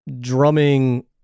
drumming